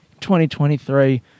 2023